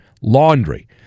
laundry